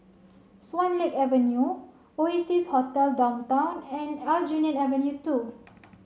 Swan Lake Avenue Oasia Hotel Downtown and Aljunied Avenue two